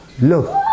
look